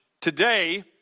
Today